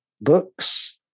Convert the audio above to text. books